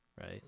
Right